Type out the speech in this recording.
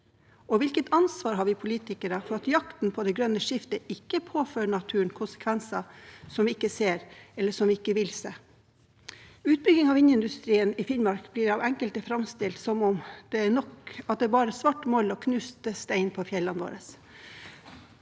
Og hvilket ansvar har vi politikere for at jakten på det grønne skiftet ikke påfører naturen konsekvenser som vi ikke ser, eller som vi ikke vil se? Ved utbyggingen av vindindustrien i Finnmark blir det av enkelte framstilt som om det er nok, at det bare er svart mold og knust stein på fjellene våre,